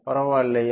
பரவாயில்லையா